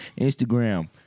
Instagram